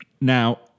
Now